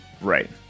Right